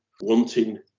wanting